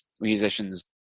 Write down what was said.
musicians